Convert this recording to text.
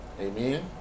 Amen